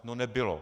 No, nebylo.